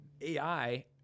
AI